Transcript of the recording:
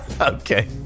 Okay